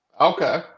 Okay